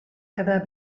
quedar